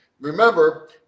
Remember